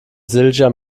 silja